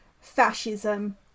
fascism